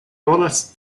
volas